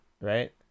Right